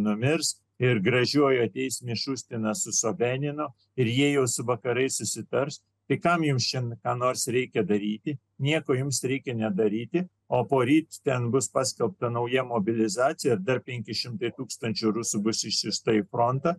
numirs ir gražiuoju ateis ir jie jau su vakarais susitars tai kam jums šiandien ką nors reikia daryti nieko jums reikia nedaryti o poryt ten bus paskelbta nauja mobilizacija ir dar penki šimtai tūkstančių rusų bus išsiųsta į frontą